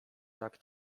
tak